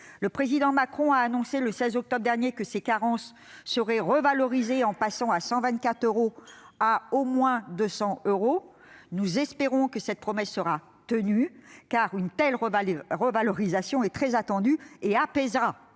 Le président Macron a annoncé le 16 octobre dernier que l'indemnisation des SDIS serait revalorisée et passerait de 124 euros à « au moins 200 euros » par carence. Nous espérons que cette promesse sera tenue, car une telle revalorisation est très attendue et apaisera